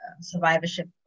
survivorship